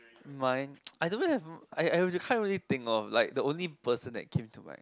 mine I don't really have I I can't really think of like the only person that came to my